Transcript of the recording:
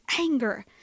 anger